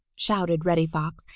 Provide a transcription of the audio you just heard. shouted reddy fox,